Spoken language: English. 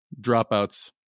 dropouts